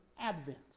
Advent